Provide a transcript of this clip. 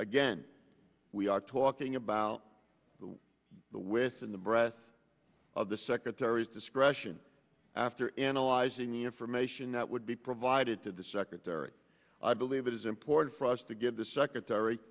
again we are talking about the within the breadth of the secretary's discretion after analyzing the information that would be provided to the secretary i believe it is important for us to give the secretary